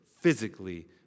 physically